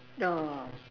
ya